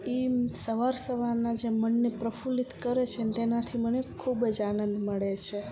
એ એમ સવાર સવારના જે મનને પ્રફુલ્લિ કરે છે અને તેનાથી મને ખૂબ જ આનંદ મળે છે